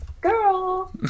girl